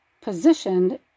positioned